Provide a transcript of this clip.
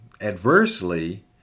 adversely